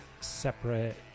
separate